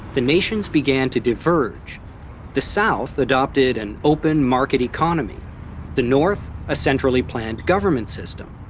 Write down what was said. the nations began to diverge the south adopted an open market economy the north, a centrally-planned government system.